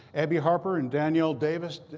abby harper and danielle davis,